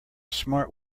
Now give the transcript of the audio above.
smart